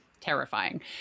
terrifying